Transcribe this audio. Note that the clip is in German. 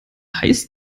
heißt